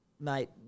mate